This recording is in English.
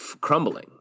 crumbling